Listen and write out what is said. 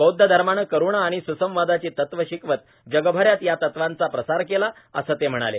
बौद्ध धर्मानं करुणा आणि स्संवादाची तत्वं शिकवत जगभरात या तत्वांचा प्रसार केला असं ते म्हणाले